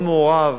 מאוד מעורב,